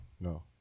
No